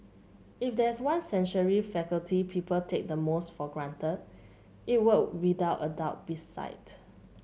if there is one sensory faculty people take the most for granted it would without a doubt be sight